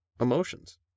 emotions